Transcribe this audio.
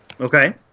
Okay